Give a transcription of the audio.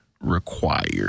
required